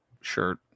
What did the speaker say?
shirt